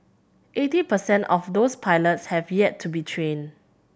eighty per cent of those pilots have yet to be trained